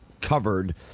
covered